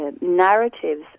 narratives